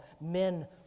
men